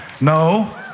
No